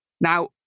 Now